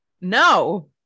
No